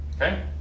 Okay